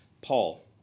Paul